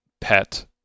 pet